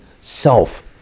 self